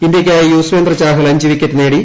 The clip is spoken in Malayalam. ഇന്ത്യയ്ക്കായി യൂസ്വേന്ദ്ര ചാഹൽ അഞ്ച് വിക്കറ്റ് നേടി